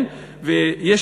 אדוני היושב-ראש,